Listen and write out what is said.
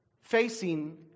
facing